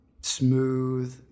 smooth